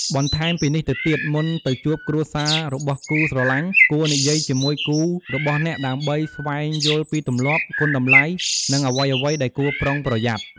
បន្តែមពីនេះទៅទៀត មុនទៅជួបគ្រួសាររបស់គូស្រលាញ់ គួរនិយាយជាមួយគូរបស់អ្នកដើម្បីស្វែងយល់ពីទំលាប់ គុណតម្លៃ និងអ្វីៗដែលគួរប្រុងប្រយ័ត្ន។